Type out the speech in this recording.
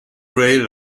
rail